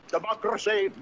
Democracy